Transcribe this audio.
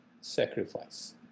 sacrifice